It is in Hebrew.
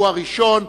הוא הראשון,